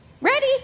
ready